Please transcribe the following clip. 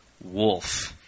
wolf